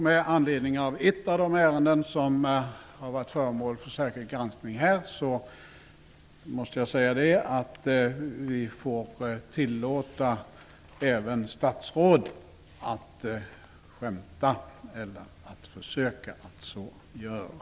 Med anledning av ett av de ärenden som har varit föremål för särskild granskning, får vi tillåta även statsråd att skämta eller att försöka att så göra.